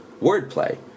wordplay